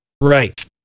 Right